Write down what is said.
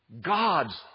God's